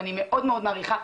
ואני מאוד מאוד מעריכה,